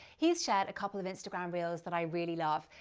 he's shared a couple of instagram reels that i really love.